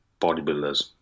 bodybuilders